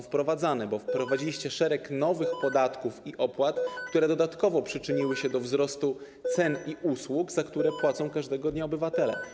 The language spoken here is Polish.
Wprowadziliście szereg nowych podatków i opłat, które dodatkowo przyczyniły się do wzrostu cen i usług, za które płacą każdego dnia obywatele.